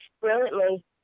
brilliantly